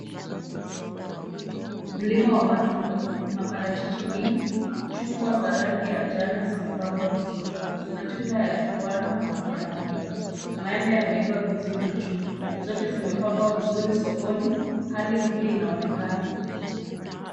Mlima wa matunda. Kuna parachichi nyingi, chungwa za rangi ya njano zimepangwa vizuri. Matunda ya kiwano yana miba. Maembe yameiva vizuri juu .Zote zimepangwa vizuri sokoni. Hali mpya inaonekana.